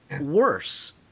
worse